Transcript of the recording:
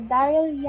Daryl